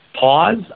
pause